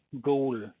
goal